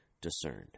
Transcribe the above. discerned